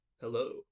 Hello